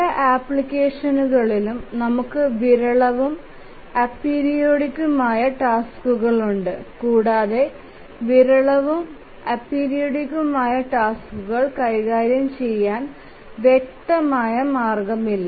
പല ആപ്ലിക്കേഷനുകളിലും നമുക്ക് വിരളവും അപെരിയോഡിക്തുമായ ടാസ്കുകൾ ഉണ്ട് കൂടാതെ വിരളവും അപെരിയോഡിക്തുമായ ടാസ്കുകൾ കൈകാര്യം ചെയ്യാൻ വ്യക്തമായ മാർഗ്ഗമില്ല